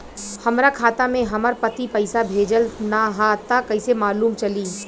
हमरा खाता में हमर पति पइसा भेजल न ह त कइसे मालूम चलि?